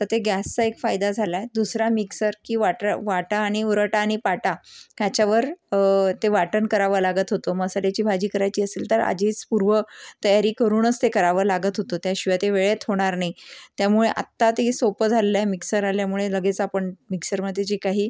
तर ते एक गॅसचा एक फायदा झालाय दुसरा मिक्सर की वाटा वाटा आणि उरोटा आणि पाटा ह्याचावर ते वाटण करावं लागत होतं मसाल्याची भाजी करायची असेल तर आधीच पूर्व तयारी करूनच ते करावं लागत होतं त्याशिवाय ते वेळेत होणार नाही त्यामुळे आत्ता ते सोपं झालेलं आहे मिक्सर आल्यामुळे लगेच आपण मिक्सरमध्ये जे काही